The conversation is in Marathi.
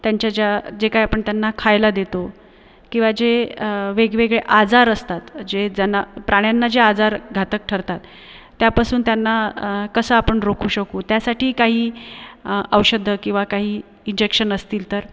त्यांच्या ज्या जे काय आपण त्यांना खायला देतो किंवा जे वेगवेगळे आजार असतात जे जना प्राण्यांना जे आजार घातक ठरतात त्यापासून त्यांना कसं आपण रोखू शकू त्यासाठी काही औषधं किंवा काही इजेक्शन असतील तर